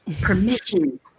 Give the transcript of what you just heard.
permission